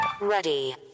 Ready